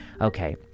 Okay